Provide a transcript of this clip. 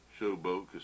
Showboat